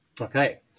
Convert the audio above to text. Okay